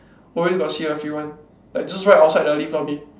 always got see a few one like just right outside the lift lobby